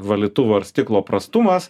valytuvų ar stiklo prastumas